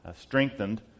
strengthened